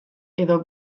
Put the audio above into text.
edo